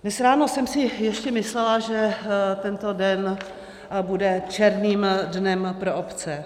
Dnes ráno jsem si ještě myslela, že tento den bude černým dnem pro obce.